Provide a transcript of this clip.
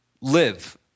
live